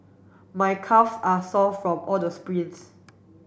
my calve are sore from all the sprints